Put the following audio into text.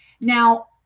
Now